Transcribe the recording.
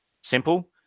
simple